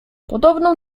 podobną